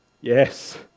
yes